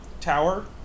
tower